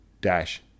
dash